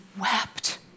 wept